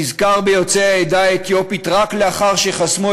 נזכר ביוצאי העדה האתיופית רק לאחר שחסמו